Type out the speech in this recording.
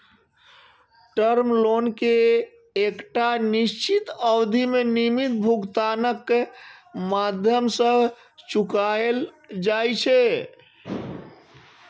term loan कें एकटा निश्चित अवधि मे नियमित भुगतानक माध्यम सं चुकाएल जाइ छै